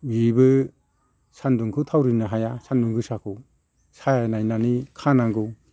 बिबो सानदुंखौ थावरिनो हाया सानदुं गोसाखौ साया नायनानै खानांगौ